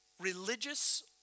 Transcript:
religious